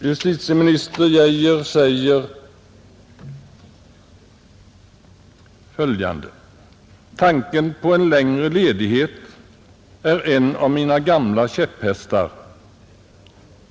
Justitieministern sade följande: ”Tanken på en längre ledighet är en av mina gamla käpphästar.